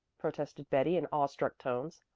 protested betty in awestruck tones.